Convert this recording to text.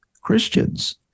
Christians